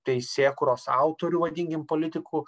teisėkūros autorių vadinkim politikų